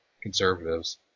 conservatives